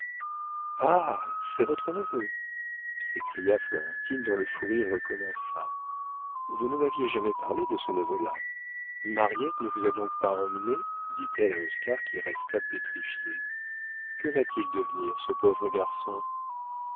ah c'est votre neveu s'écria florentine dont le fou rire recommença vous ne m'aviez jamais parlé de ce neveu là mariette ne vous a donc pas emmené dit-elle à oscar qui resta pétrifié que va-t-il devenir ce pauvre garçon